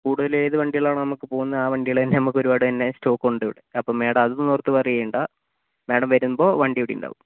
കൂടുതൽ ഏതു വണ്ടികളാണോ നമുക്ക് പോവുന്നത് ആ വണ്ടികൾ തന്നെ നമുക്കൊരുപാട് തന്നെ സ്റ്റോക്ക് ഉണ്ടിവിടെ അപ്പോൾ മാഡം അതൊന്നും ഓർത്തു വറി ചെയ്യേണ്ട മാഡം വരുമ്പോൾ വണ്ടി ഇവിടെയുണ്ടാവും